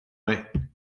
mig